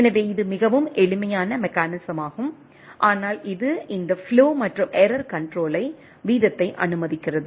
எனவே இது மிகவும் எளிமையான மெக்கானிசமாகும் ஆனால் இது இந்த ஃப்ளோ மற்றும் எரர் கண்ட்ரோலை வீதத்தை அனுமதிக்கிறது